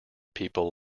people